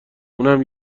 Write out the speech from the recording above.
اونم